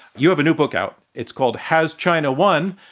you have a new book out. it's called has china won?